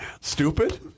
stupid